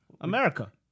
America